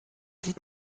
sieht